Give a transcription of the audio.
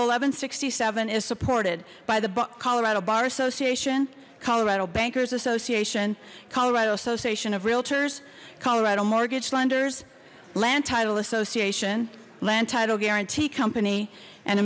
and sixty seven is supported by the colorado bar association colorado bankers association colorado association of realtors colorado mortgage lenders land title association land title guarantee company and